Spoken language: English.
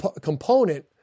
component